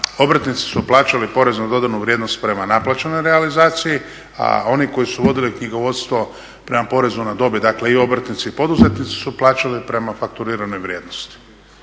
obrtnici su plaćali porez na dodanu vrijednost prema naplaćenoj realizaciji a oni koji su vodili knjigovodstvo prema porezu na dobit, dakle i obrtnici i poduzetnici su plaćali prema fakturiranoj vrijednosti.